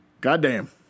Goddamn